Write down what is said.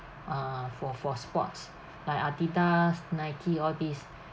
uh for for sports like Adidas Nike all this